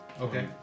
Okay